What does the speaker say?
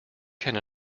can